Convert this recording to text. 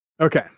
Okay